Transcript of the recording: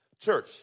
Church